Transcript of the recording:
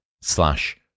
slash